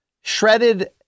shredded